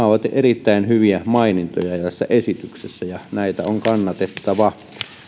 ovat erittäin hyviä mainintoja tässä esityksessä ja näitä on kannatettava